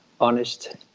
honest